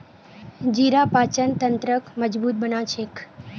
जीरा पाचन तंत्रक मजबूत बना छेक